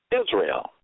Israel